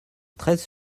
treize